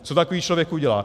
Co takový člověk udělá?